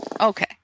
Okay